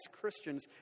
christians